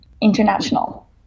international